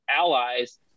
allies